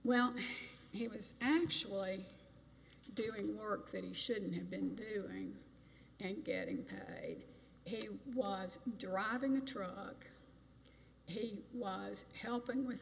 well he was actually doing work that he shouldn't have been doing and getting pathway he was driving the truck he was helping with